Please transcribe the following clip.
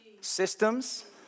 Systems